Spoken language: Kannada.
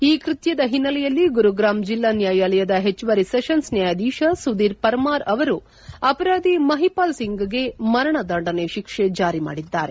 ಈ ಕೃತ್ಯದ ಹಿನ್ನೆಲೆಯಲ್ಲಿ ಗುರುಗ್ರಾಮ್ ಜಿಲ್ಲಾ ನ್ಯಾಯಾಲಯದ ಹೆಚ್ಚುವರಿ ಸೆಷನ್ಸ್ ನ್ಯಾಯಾಧೀಶ ಸುಧೀರ್ ಪರ್ಮಾರ್ ಅವರು ಅಪರಾಧಿ ಮಹಿಪಾಲ್ ಸಿಂಗ್ಗೆ ಮರಣ ದಂಡನೆ ಶಿಕ್ಷೆ ಜಾರಿ ಮಾಡಿದ್ಲಾರೆ